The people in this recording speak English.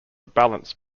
balance